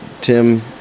Tim